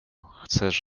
chcesz